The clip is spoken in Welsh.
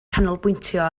canolbwyntio